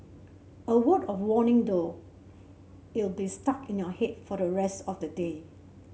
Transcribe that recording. a word of warning though it'll be stuck in your head for the rest of the day